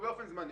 בעלים?